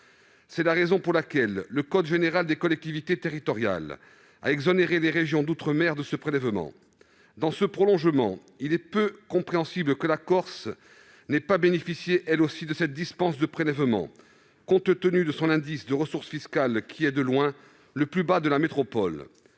C'est la raison pour laquelle le code général des collectivités territoriales exonère les régions d'outre-mer de ce prélèvement. Dans ce prolongement, il est peu compréhensible que la Corse ne bénéficie pas, elle aussi, de cette dispense de prélèvement, compte tenu de son indice de ressources fiscales, de loin le plus bas de la métropole.